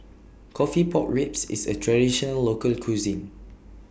Coffee Pork Ribs IS A Traditional Local Cuisine